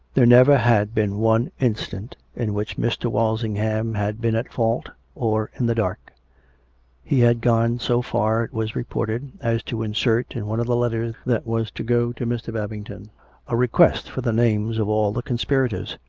there never had been one instant in which mr. walsingham had been at fault, or in the dark he had gone so far, it was reported, as to insert in one of the letters that was to go to mr. babington a request for the names of all the conspirators,